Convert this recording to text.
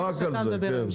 שאתה מדבר עליהם,